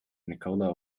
nikola